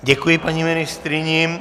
Děkuji paní ministryni.